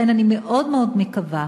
לכן, אני מאוד מאוד מקווה